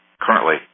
currently